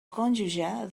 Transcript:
cònjuge